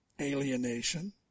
alienation